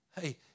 Hey